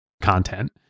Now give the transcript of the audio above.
content